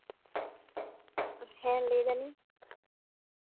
ᱦᱮᱸ ᱞᱟᱹᱭ ᱫᱟᱞᱤᱧ